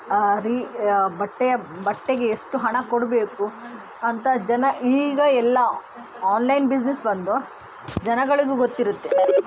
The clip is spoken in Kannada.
ರೀ ಬಟ್ಟೆಯ ಬಟ್ಟೆಗೆ ಎಷ್ಟು ಹಣ ಕೊಡಬೇಕು ಅಂತ ಜನ ಈಗ ಎಲ್ಲ ಆನ್ಲೈನ್ ಬಿಸ್ನೆಸ್ ಬಂದು ಜನಗಳಿಗೂ ಗೊತ್ತಿರುತ್ತೆ